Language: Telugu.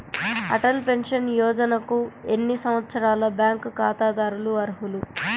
అటల్ పెన్షన్ యోజనకు ఎన్ని సంవత్సరాల బ్యాంక్ ఖాతాదారులు అర్హులు?